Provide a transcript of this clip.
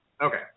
Okay